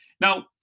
Now